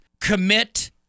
commit